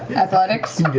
athletics,